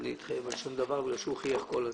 להתחייב על שום דבר כי הוא חייך כל הזמן.